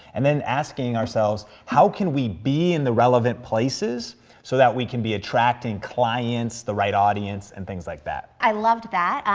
and then asking ourselves, how can we be in the relevant places so that we can be attracting clients, the right audience, and things like that. i loved that,